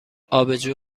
آبجو